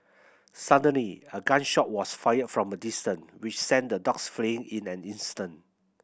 suddenly a gun shot was fired from a distance which sent the dogs fleeing in an instant